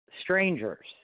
strangers